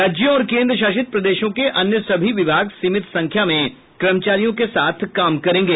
राज्यों और केंद्र शासित प्रदेशों के अन्य सभी विभाग सीमित संख्या में कर्मचारियों के साथ काम करेंगे